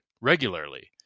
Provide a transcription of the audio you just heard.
regularly